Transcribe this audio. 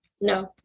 No